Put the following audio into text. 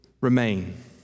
remain